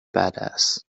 badass